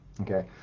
Okay